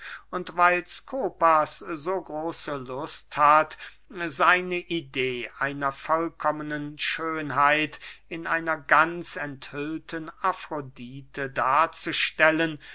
und weil skopas so große lust hat seine idee einer vollkommenen schönheit in einer ganz enthüllten afrodite darzustellen